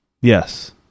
Yes